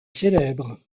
célèbre